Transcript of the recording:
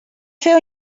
fer